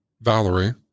Valerie